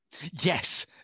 Yes